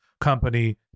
company